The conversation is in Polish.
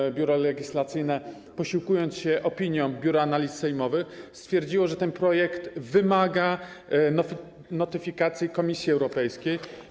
Otóż Biuro Legislacyjne, posiłkując się opinią Biura Analiz Sejmowych, stwierdziło, że ten projekt wymaga notyfikacji Komisji Europejskiej.